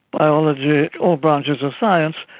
biology, all branches of science.